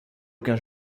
aucun